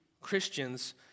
Christians